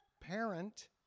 parent